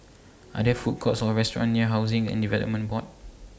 Are There Food Courts Or restaurants near Housing and Development Board